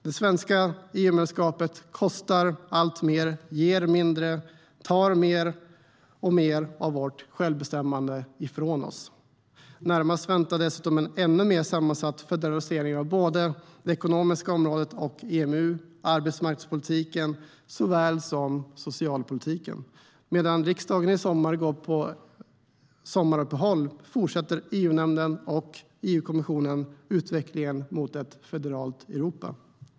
Det svenska EU-medlemskapet kostar alltmer, ger mindre och tar mer och mer av vårt självbestämmande ifrån oss. Närmast väntar dessutom en ännu mer sammansatt federalisering av såväl det ekonomiska området och EMU som arbetsmarknadspolitiken och socialpolitiken. Medan riksdagen i sommar har uppehåll fortsätter EU-nämnden och EU-kommissionen utvecklingen mot ett federalt Europa.